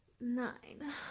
nine